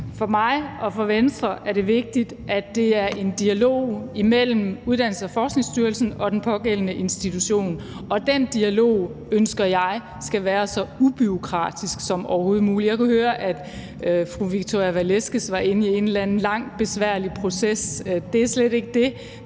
For mig og for Venstre er det vigtigt, at det er en dialog mellem Uddannelses- og Forskningsstyrelsen og den pågældende institution. Den dialog ønsker jeg skal være så ubureaukratisk som overhovedet muligt. Jeg kunne høre, at fru Victoria Velasquez var inde i en eller anden lang besværlig proces. Det er slet ikke det,